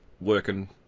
working